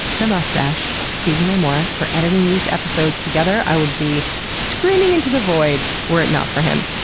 the mustache, steven ray morris, for editing these episodes together. i would be screaming into the void were it not for him.